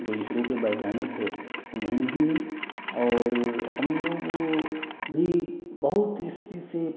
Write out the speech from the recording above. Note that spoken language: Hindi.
जो इसरो के वैज्ञानिक हैं उन्हें मिलीं और हम लोग को भी बहुत इस चीज़ से